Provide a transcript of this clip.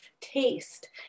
taste